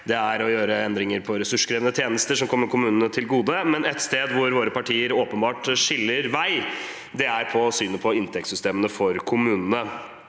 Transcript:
om å gjøre endringer på ressurskrevende tjenester, som kommer kommunene til gode. Et sted hvor våre partier åpenbart skiller vei, er i synet på inntektssystem for kommunene.